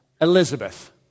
Elizabeth